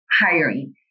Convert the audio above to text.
hiring